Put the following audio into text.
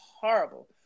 horrible